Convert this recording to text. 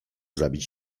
zabić